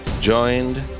joined